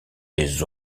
les